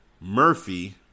Murphy